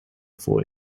for